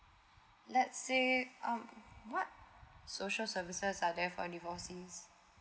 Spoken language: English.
let's say um what social services are there for divorces